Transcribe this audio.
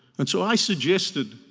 and so i suggested,